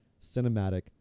cinematic